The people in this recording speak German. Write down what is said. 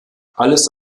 alles